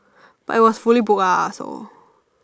but it was fully booked ah so